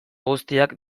guztiak